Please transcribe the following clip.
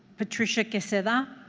patricia quezada?